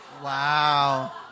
Wow